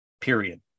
period